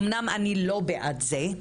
אמנם אני לא בעד זה,